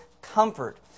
comfort